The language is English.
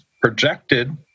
projected